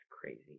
crazy